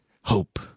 hope